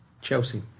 Chelsea